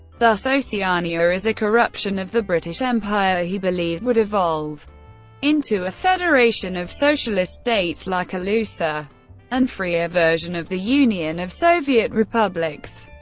thus oceania is a corruption of the british empire he believed would evolve into a federation of socialist states, like a looser and freer version of the union of soviet republics.